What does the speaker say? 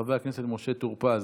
חבר הכנסת משה טור פז,